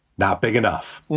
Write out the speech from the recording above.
not big enough